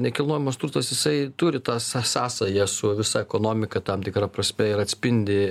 nekilnojamas turtas jisai turi tą są sąsają su visa ekonomika tam tikra prasme ir atspindi